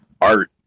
art